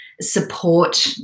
support